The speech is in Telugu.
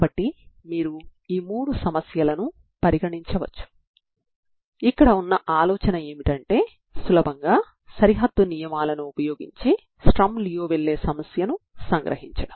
కాబట్టి మళ్లీ అదే ఎనర్జీ ఆర్గ్యుమెంట్ ని ఉపయోగించి మీరు దీనిని కనుగొనవచ్చు